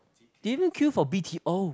they even queue for b_t_o